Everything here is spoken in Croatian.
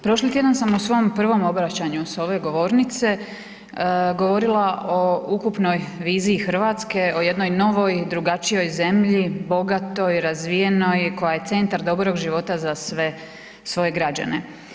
Prošli tjedan sam u svom prvom obraćanju s ove govornice govorila o ukupnoj viziji RH, o jednoj novoj i drugačijoj zemlji, bogatoj i razvijenoj, koja je centar dobrog života za sve svoje građane.